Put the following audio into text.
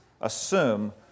assume